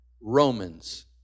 Romans